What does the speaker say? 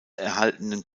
erhaltenen